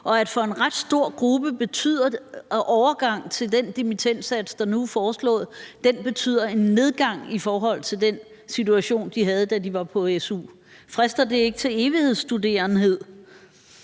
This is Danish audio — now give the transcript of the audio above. Og for en ret stor gruppe betyder overgangen til den dimittendsats, der nu er foreslået, en nedgang i forhold til den situation, de var i, da de var på su. Frister det ikke til at være evighedsstuderende?